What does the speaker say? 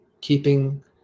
keeping